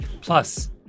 Plus